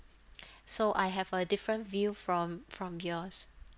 so I have a different view from from yours